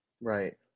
Right